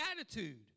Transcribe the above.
attitude